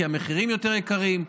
כי המחירים יותר גבוהים,